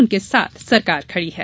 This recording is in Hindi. उनके साथ सरकार खड़ी है